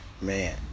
Man